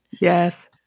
Yes